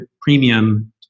premium